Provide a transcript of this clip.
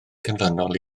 canlynol